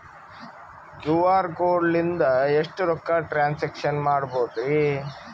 QR code ಲಿಂದ ಎಷ್ಟ ರೊಕ್ಕ ಟ್ರಾನ್ಸ್ಯಾಕ್ಷನ ಮಾಡ್ಬೋದ್ರಿ?